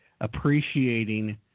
Appreciating